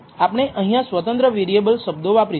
આપણે અહીંયા સ્વતંત્ર વેરિએબલ શબ્દો વાપરીશું